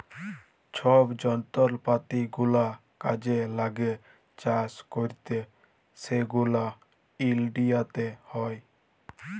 ছব যলত্রপাতি গুলা কাজে ল্যাগে চাষ ক্যইরতে সেগলা ইলডিয়াতে হ্যয়